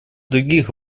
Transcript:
других